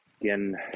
again